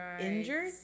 injured